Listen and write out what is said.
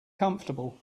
comfortable